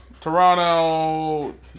Toronto